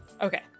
Okay